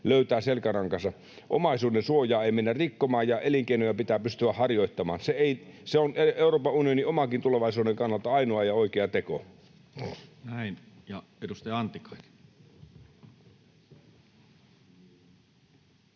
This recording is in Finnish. löytää selkärankansa. Omaisuudensuojaa ei mennä rikkomaan, ja elinkeinoja pitää pystyä harjoittamaan. Se on Euroopan unionin omankin tulevaisuuden kannalta ainoa oikea teko. Näin. — Ja edustaja Antikainen.